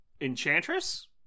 Enchantress